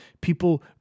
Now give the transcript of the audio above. people